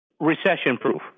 recession-proof